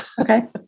Okay